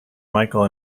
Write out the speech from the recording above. michael